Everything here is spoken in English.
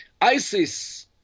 ISIS